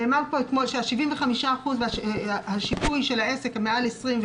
נאמר כאן אתמול שה-75 אחוזים והשיפוי של העסק עם מעל 20 עובדים